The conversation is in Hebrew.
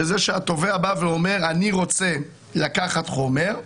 והיא שהתובע בא ואומר: אני רוצה לקחת חומר,